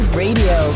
radio